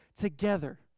together